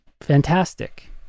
Fantastic